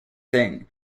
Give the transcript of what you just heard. thing